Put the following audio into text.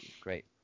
great